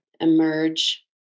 emerge